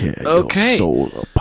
Okay